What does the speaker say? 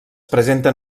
presenten